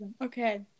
Okay